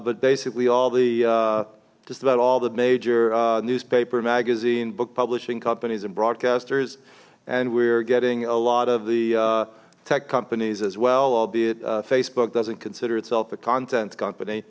but basically all the just about all the major newspaper magazine book publishing companies and broadcasters and we're getting a lot of the tech companies as well albeit facebook doesn't consider itself a content company